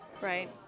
Right